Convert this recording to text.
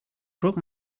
broke